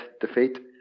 defeat